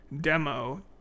demo